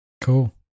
Cool